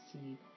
see